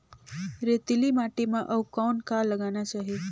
रेतीली माटी म अउ कौन का लगाना चाही?